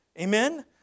Amen